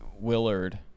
Willard